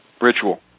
ritual